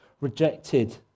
rejected